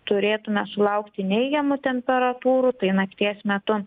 turėtume sulaukti neigiamų temperatūrų tai nakties metu